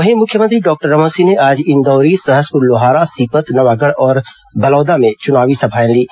वहीं मुख्यमंत्री डॉक्टर रमन सिंह ने आज इंदौरी सहसपुर लोहारा सीपत नवागढ़ और बलौदा में चूनावी सभाएं लीं